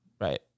Right